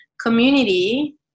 community